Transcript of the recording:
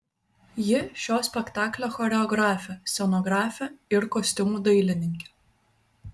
ji šio spektaklio choreografė scenografė ir kostiumų dailininkė